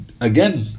again